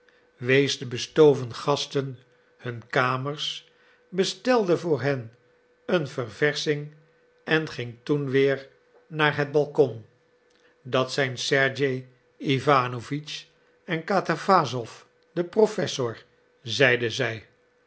wees de bestoven gasten hun kamers bestelde voor hen een verversching en ging toen weer naar het balkon dat zijn sergej iwanowitsch en katawassow de professor zeide zij